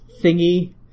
thingy